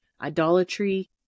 idolatry